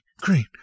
green